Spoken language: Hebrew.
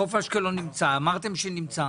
חוף אשקלון נמצא, אמרתם שנמצא.